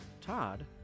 Todd